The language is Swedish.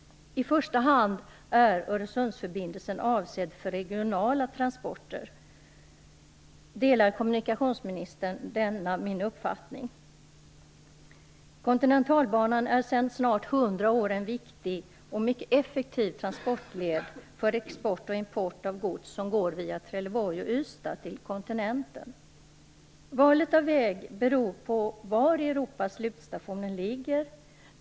I första hand är Öresundsförbindelsen avsedd för regionala transporter. Delar kommunikationsministern denna min uppfattning? Kontinentalbanan är sedan snart 100 år en viktig och mycket effektiv transportled för export och import av gods som går via Trelleborg och Ystad till kontinenten. Valet av väg beror på var i Europa slutstationen ligger.